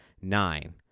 nine